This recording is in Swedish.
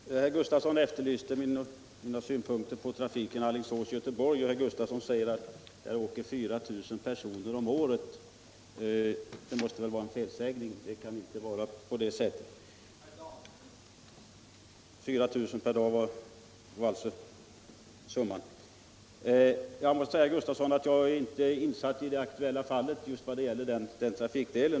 Herr talman! Herr Gustafson efterlyste mina synpunkter på trafiken Alingsås-Göteborg och sade att det åker 4 000 personer om året där. Det måste vara en felsägning. 4000 per dag var alltså siffran. Jag måste säga. herr Gustafson, att jag inte är insatt i det aktuella fallet om just denna trafikdel.